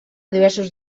diversos